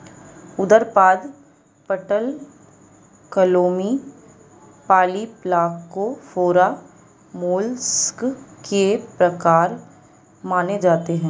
उदरपाद, पटलक्लोमी, Polyplacophora, mollusc के प्रकार माने जाते है